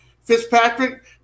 Fitzpatrick